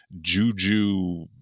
juju